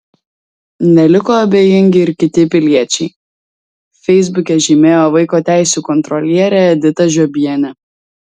neliko abejingi ir kiti piliečiai feisbuke žymėjo vaiko teisių kontrolierę editą žiobienę